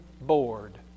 board